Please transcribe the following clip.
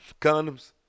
Condoms